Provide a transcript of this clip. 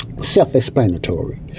self-explanatory